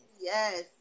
yes